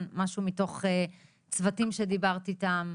משהו מתוך צוותים שדיברת איתם,